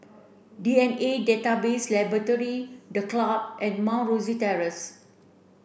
D N A Database Laboratory The Club and Mount Rosie Terrace